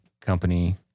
company